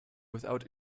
without